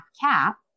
cap